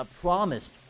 promised